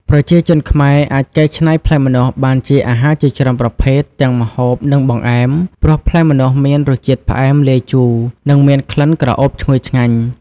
ប្រជាជនខ្មែរអាចកែច្នៃផ្លែម្នាស់បានជាអាហារជាច្រើនប្រភេទ ទាំងម្ហូប និងបង្អែម ព្រោះផ្លែម្នាស់មានរសជាតិផ្អែមលាយជូរ និងមានក្លិនក្រអូបឈ្ងុយឆ្ងាញ់។